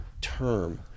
term